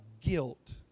guilt